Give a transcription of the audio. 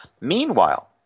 Meanwhile